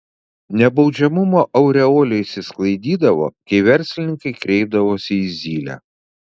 nebaudžiamumo aureolė išsisklaidydavo kai verslininkai kreipdavosi į zylę